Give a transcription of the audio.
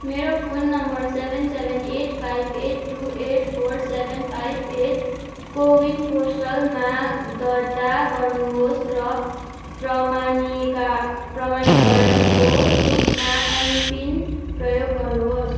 मेरो phone number seven seven eight five eight two eight four seven five eight CoWIN पोर्टलमा दर्ता गर्नुहोस् र प्रमाणीका प्रमाणीकरणको रूपमा एमपिन प्रयोग गर्नुहोस्